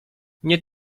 nie